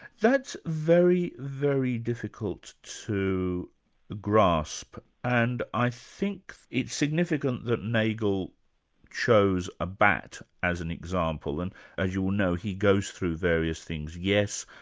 that's very, very difficult to grasp, and i think it's significant that nagel shows a bat as an example, and as you will know, he goes through various things yes,